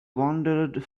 wandered